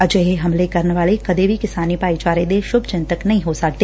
ਅਜਿਹੇ ਹਮਲੇ ਕਰਨ ਵਾਲੇ ਕਦੇ ਵੀ ਕਿਸਾਨੀ ਭਾਈਚਾਰੇ ਦੇ ਸ਼ੱਭਚਿੰਤਕ ਨਹੀ ਹੋ ਸਕਦੇ